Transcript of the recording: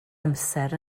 amser